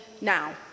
now